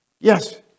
Yes